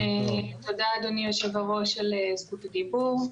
תודה אדוני יושב הראש על זכות הדיבור.